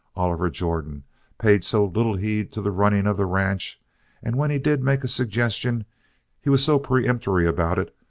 oliver jordan paid so little heed to the running of the ranch and when he did make a suggestion he was so peremptory about it,